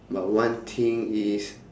but one thing is